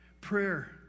Prayer